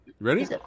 Ready